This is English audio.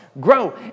grow